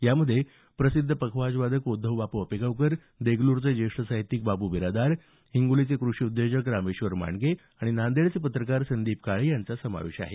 यामध्ये प्रसिद्ध पखवाजवादक उद्धवबाप् आपेगावकर देगलूरचे ज्येष्ठ साहित्यिक बाबू बिरादार हिंगोलीचे कृषी उद्योजक रामेश्वर मांडगे नांदेडचे पत्रकार संदीप काळे यांचा समावेश आहे